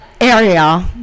area